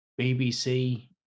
BBC